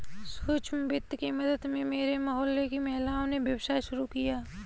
सूक्ष्म वित्त की मदद से मेरे मोहल्ले की महिलाओं ने व्यवसाय शुरू किया है